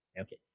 Okay